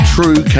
True